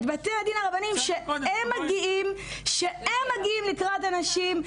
את בתי הדין הרבנים שהם מגיעים לקראת הנשים,